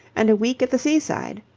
and a week at the seaside.